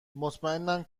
مطمئنم